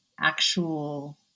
actual